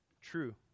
true